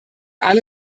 alle